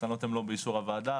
התקנות הן לא באישור הוועדה.